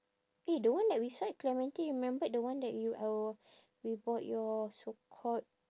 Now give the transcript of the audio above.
eh the one that we saw at clementi remembered the one that you our we bought your so called